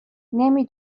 نمی